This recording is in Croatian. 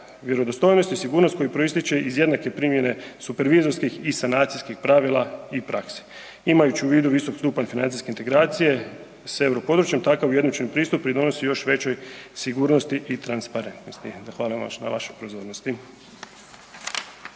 vjerodostojnost i sigurnost koja proističe iz jednake primjene supervizorskih i sanacijskih pravila i praksi imajući u vidu visoki stupanj financijske integracije s euro područjem takav ujednačen pristup pridonosi još većoj sigurnosti i transparentnosti. Zahvaljujem na vašoj pozornosti.